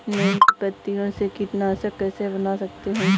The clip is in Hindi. नीम की पत्तियों से कीटनाशक कैसे बना सकते हैं?